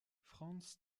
franz